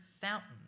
Fountain